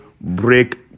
break